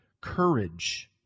Courage